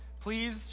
Please